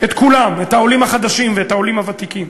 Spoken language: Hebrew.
את כולם, את העולים החדשים ואת העולים הוותיקים.